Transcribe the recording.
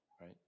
right